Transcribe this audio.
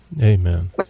Amen